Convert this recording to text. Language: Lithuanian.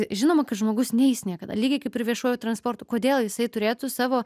žinoma kad žmogus neis niekada lygiai kaip ir viešuoju transportu kodėl jisai turėtų savo